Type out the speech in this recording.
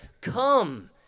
Come